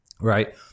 Right